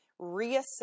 reassess